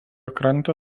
krantą